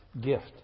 gift